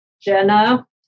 Jenna